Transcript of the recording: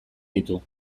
ditu